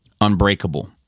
Unbreakable